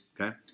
Okay